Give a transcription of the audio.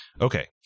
okay